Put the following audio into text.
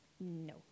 No